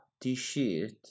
T-shirt